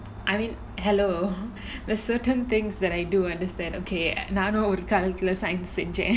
I mean hello there's certain things that I do understand okay நானும் ஒரு காலத்துல:naanum oru kaalathula science செஞ்சேன்:senjaen